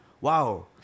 Wow